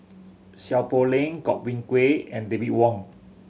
Seow Poh Leng Godwin Koay and David Wong